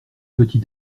petit